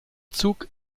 zug